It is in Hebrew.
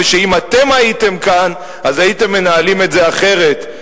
ושאם אתם הייתם כאן אז הייתם מנהלים את זה אחרת?